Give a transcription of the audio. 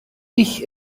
ich